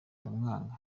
ndamwanga